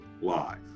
Live